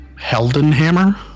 Heldenhammer